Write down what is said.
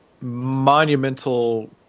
monumental